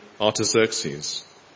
Artaxerxes